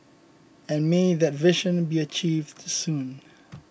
and may that vision be achieved soon